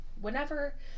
whenever